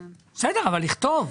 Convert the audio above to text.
בסדר, אבל לכתוב.